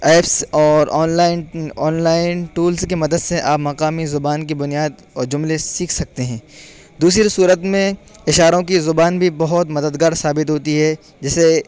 apps اور online online tools کی مدد سے آپ مقامی زبان کی بنیاد اور جملے سیکھ سکتے ہیں دوسری صورت میں اشاروں کی زبان بھی بہت مددگار ثابت ہوتی ہے جیسے